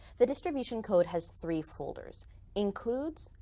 the distribution code has three folders includes,